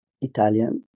Italian